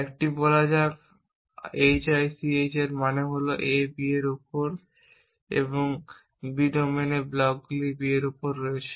একটি বলা যাক hich এর মানে হল যে A B এর উপর এবং B ডোমেনের ব্লকগুলিতে B এর উপর রয়েছে